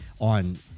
On